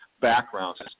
backgrounds